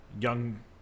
young